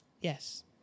yes